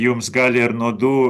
jums gali ir nuodų